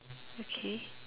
okay